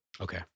Okay